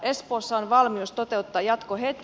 espoossa on valmius toteuttaa jatko heti